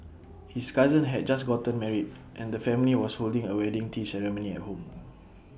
his cousin had just gotten married and the family was holding A wedding tea ceremony at home